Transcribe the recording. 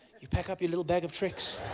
you pack up your little bag of tricks